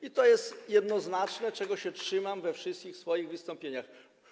I to jest jednoznaczne, tego się trzymam we wszystkich swoich wystąpieniach.